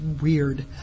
weird